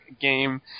game